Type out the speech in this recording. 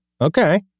Okay